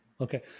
Okay